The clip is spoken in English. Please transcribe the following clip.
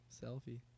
selfie